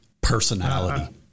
personality